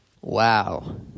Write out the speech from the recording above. Wow